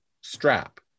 strap